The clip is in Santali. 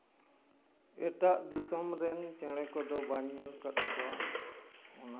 ᱮᱴᱟᱜ ᱫᱤᱥᱚᱢ ᱨᱮᱱ ᱪᱮᱬᱮ ᱠᱚᱫᱚ ᱵᱟᱹᱧ ᱧᱮᱞ ᱠᱟᱜ ᱠᱚᱣᱟ